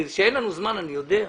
זה שאין לנו זמן, אני יודע.